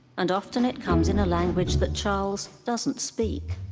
and often, it comes in a language that charles doesn't speak.